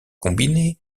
combiné